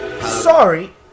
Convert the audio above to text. Sorry